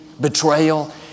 betrayal